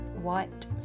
white